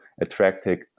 attractive